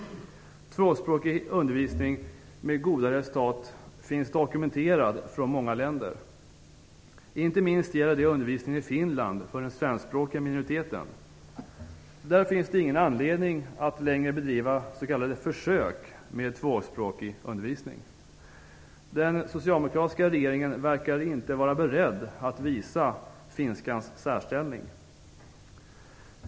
Tvåspråkig undervisning med goda resultat finns dokumenterad från många länder. Inte minst gäller det undervisningen i Finland för den svenskspråkiga minoriteten. Där finns det ingen anledning att längre bedriva s.k. försök med tvåspråkig undervisning. Den socialdemokratiska regeringen verkar inte vara beredd att visa finskans särställning.